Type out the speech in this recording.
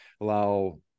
allow